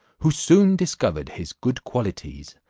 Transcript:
who soon discovered his good qualities,